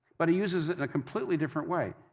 but he uses it in a completely different way.